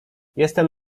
jestem